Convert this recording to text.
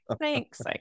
thanks